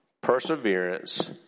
perseverance